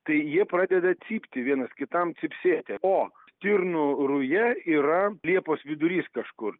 tai jie pradeda cypti vienas kitam cypsėti o stirnų ruja yra liepos vidurys kažkur